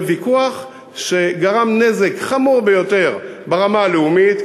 הוויכוח גרם נזק חמור ביותר ברמה הלאומית,